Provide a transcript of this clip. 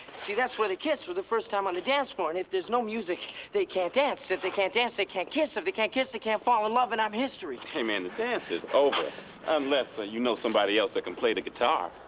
see that's where they kissed for the first time on the dance floor and if there's no music they can't dance. if they can't dance they can't kiss. if they can't kiss, they can't fall in love and i'm history! hey man the dance is over unless ah you know somebody else that can play the guitar?